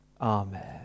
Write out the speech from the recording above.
Amen